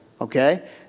Okay